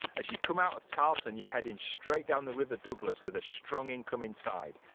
as you come out of tarleton you're heading straight down the river douglas with a strong incoming tide.